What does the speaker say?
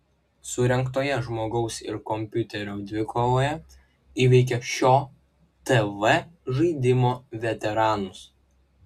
surengtoje žmogaus ir kompiuterio dvikovoje įveikė šio tv žaidimo veteranus